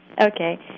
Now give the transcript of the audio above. Okay